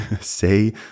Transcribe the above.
say